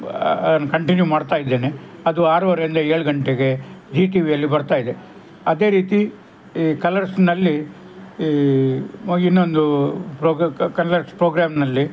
ಅದನ್ನು ಕಂಟಿನ್ಯೂ ಮಾಡ್ತಾಯಿದ್ದೇನೆ ಅದು ಆರುವರೆಯಿಂದ ಏಳು ಗಂಟೆಗೆ ಜೀ ಟಿ ವಿಯಲ್ಲಿ ಬರ್ತಾಯಿದೆ ಅದೇ ರೀತಿ ಈ ಕಲರ್ಸಿನಲ್ಲಿ ಈ ಇನ್ನೊಂದು ಪ್ರೋಗ್ರಾ ಕಲರ್ಸ್ ಪ್ರೋಗ್ರಾಮಿನಲ್ಲಿ